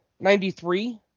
Ninety-three